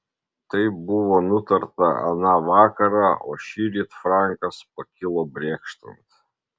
tai buvo nutarta aną vakarą o šįryt frankas pakilo brėkštant